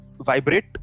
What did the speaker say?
vibrate